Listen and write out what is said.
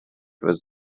was